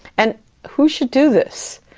and who should do this?